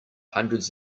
hundreds